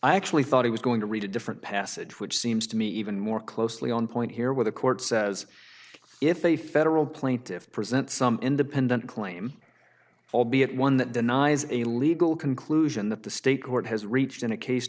i actually thought he was going to read a different passage which seems to me even more closely on point here where the court says if a federal plaintiffs present some independent claim albeit one that denies a legal conclusion that the state court has reached in a case